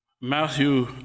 Matthew